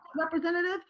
representative